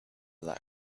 that